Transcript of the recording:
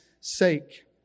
sake